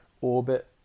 orbit